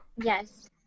yes